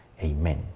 Amen